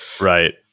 Right